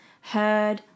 heard